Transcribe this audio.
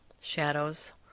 shadows